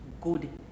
good